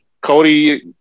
Cody